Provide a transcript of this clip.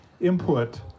input